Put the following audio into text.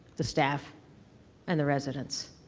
the staff and the residents.